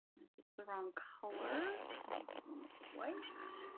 it's the wrong color, maybe we'll make it white.